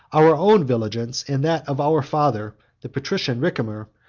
our own vigilance, and that of our father, the patrician ricimer,